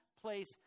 place